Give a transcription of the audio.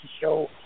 show